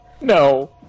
No